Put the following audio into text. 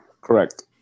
correct